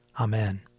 Amen